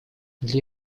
для